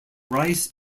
rice